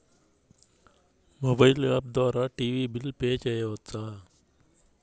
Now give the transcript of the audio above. Mobile app ద్వారా TV bill pay చేయవచ్చా?